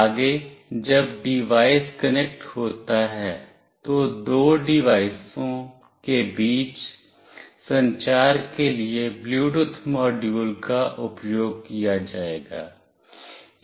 अगे जब device connect होता है तो दो डिवाइसों के बीच संचार के लिए ब्लूटूथ मॉड्यूल का उपयोग किया जाएगा